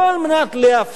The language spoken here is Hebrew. לא על מנת להבטיח: